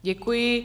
Děkuji.